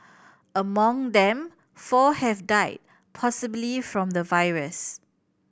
among them four have died possibly from the virus